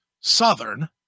southern